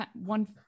one